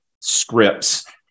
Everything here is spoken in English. scripts